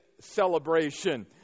celebration